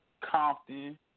Compton